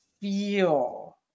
feel